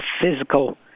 physical